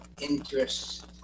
interests